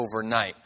overnight